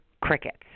crickets